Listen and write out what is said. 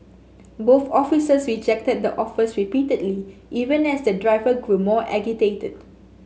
both officers rejected the offers repeatedly even as the driver grew more agitated